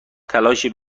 تلاشی